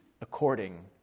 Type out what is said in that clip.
according